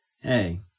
hey